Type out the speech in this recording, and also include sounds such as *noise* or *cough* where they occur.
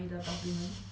*laughs*